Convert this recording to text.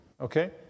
okay